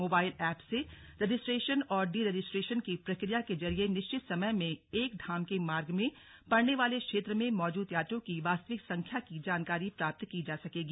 mobile app से registration और deregistration की प्रक्रिया के जरिए निश्चित समय में एक धाम के मार्ग में पड़ने वाले क्षेत्र में मौजूद यात्रियों की वास्तविक संख्या की जानकारी प्राप्त की जा सकेगी